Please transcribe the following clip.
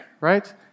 right